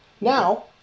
Now